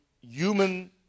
human